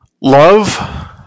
Love